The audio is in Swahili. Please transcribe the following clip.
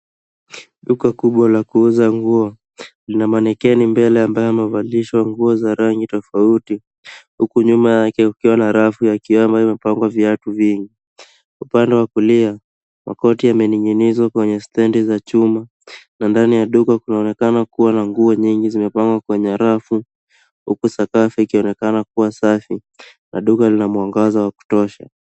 Duka kubwa la kuuza nguo lina manekeni mbele ambayo amevalishwa nguo za rangi tofauti huku nyuma yake kukiwa rafu ya kioo ambayo imepangwa viatu vingi. Upande wa kulia, makoti yamening'inizwa kwenye stendi za chuma na ndani ya duka kunaonekana kuwa na nguo nyingi zimepangwa kwenye rafu huku sakafu ikionekana kuwa safi. Duka lina mwangaza wa kutosha.